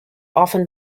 often